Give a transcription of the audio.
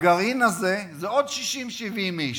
הגרעין הזה זה עוד 60 70 איש.